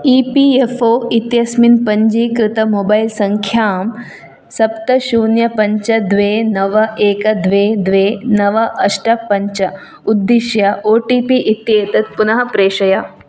E P F O इत्यस्मिन् पञ्जीकृत mobile सङ्ख्यां सप्त शून्यं पञ्च द्वे नव एक द्वे द्वे नव अष्ट पञ्च उद्दिश्य ओ टि पि इत्येतत् पुनः प्रेषय